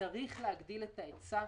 צריך להגדיל את ההיצע.